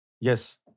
Yes